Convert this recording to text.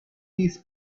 these